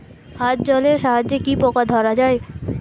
হাত জলের সাহায্যে কি পোকা ধরা যায়?